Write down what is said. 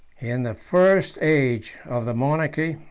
in the first age of the monarchy,